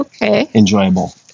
enjoyable